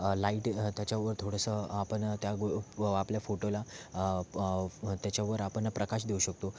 light त्याच्यावर थोडंसं आपण त्या गो आपल्या फोटोला प त्याच्यावर आपण प्रकाश देऊ शकतो